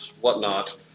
whatnot